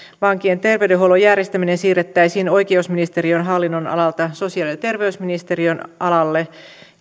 vankien terveydenhuollon järjestäminen siirrettäisiin oikeusministeriön hallinnonalalta sosiaali ja terveysministeriön alalle